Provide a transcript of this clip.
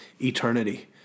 eternity